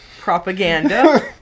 propaganda